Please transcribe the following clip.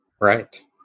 Right